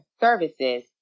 services